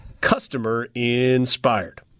customer-inspired